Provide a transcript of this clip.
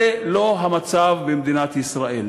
זה לא המצב במדינת ישראל.